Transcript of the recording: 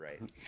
right